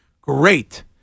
great